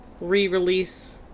re-release